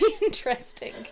interesting